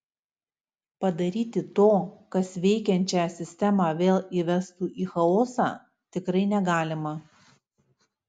padaryti to kas veikiančią sistemą vėl įvestų į chaosą tikrai negalima